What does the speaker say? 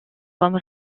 comme